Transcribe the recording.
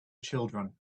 children